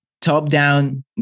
top-down